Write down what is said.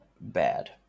Bad